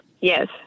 Yes